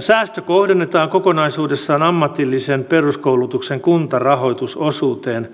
säästö kohdennetaan kokonaisuudessaan ammatillisen peruskoulutuksen kuntarahoitusosuuteen